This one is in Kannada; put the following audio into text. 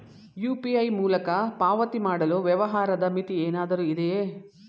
ಯು.ಪಿ.ಐ ಮೂಲಕ ಪಾವತಿ ಮಾಡಲು ವ್ಯವಹಾರದ ಮಿತಿ ಏನಾದರೂ ಇದೆಯೇ?